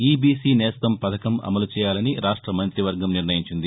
EBC నేస్తం పథకం అమలు చేయాలని రాష్ట మంతివర్గం నిర్ణయించింది